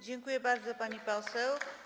Dziękuję bardzo, pani poseł.